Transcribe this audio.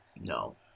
No